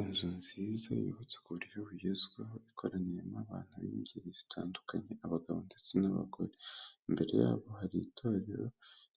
Inzu nziza yubutse ku uburyo bugezweho ikoraniyemo abantu b'ingeri zitandukanye abagabo ndetse n'abagore, imbere yabo hari itorero